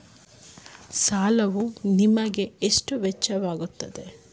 ಸಾಲವು ನಿಮಗೆ ಎಷ್ಟು ವೆಚ್ಚವಾಗುತ್ತದೆ?